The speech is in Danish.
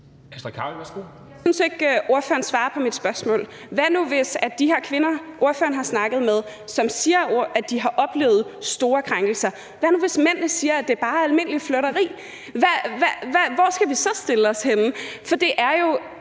Astrid Carøe (SF): Jeg synes ikke, at ordføreren svarer på mit spørgsmål. Men hvad nu – i forhold til de her kvinder, som ordføreren har snakket med, der siger, at de har oplevet store krænkelser – hvis mændene siger, at det bare er almindeligt flirteri? Hvor skal vi så stille os henne? For der er jo